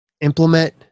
Implement